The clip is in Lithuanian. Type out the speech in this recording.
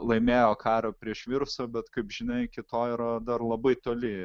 laimėjo karą prieš virusą bet kaip žinia iki to yra dar labai toli